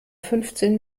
fünfzehn